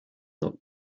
luck